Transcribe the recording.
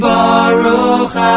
Baruch